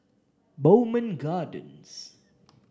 Bowmont Gardens